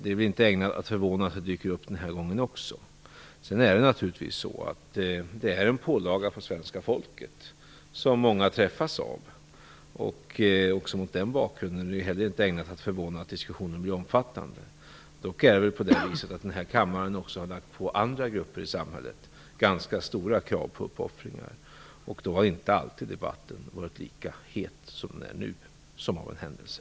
Det är inte ägnat att förvåna att det dyker upp den här gången också. Detta är en pålaga på svenska folket som många träffas av. Inte heller mot den bakgrunden är det ägnat att förvåna att diskussionen blir omfattande. Dock har denna kammare ställt ganska stora krav på uppoffringar av andra grupper i samhället. Då har inte alltid debatten varit lika het som nu, som av en händelse.